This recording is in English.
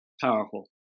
Powerful